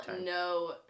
no